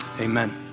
amen